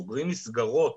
שסוגרים מסגרות